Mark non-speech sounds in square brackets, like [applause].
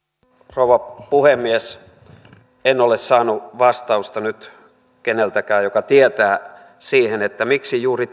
rouva puhemies en ole saanut vastausta nyt keneltäkään joka tietää siihen miksi juuri [unintelligible]